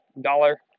dollar